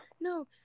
No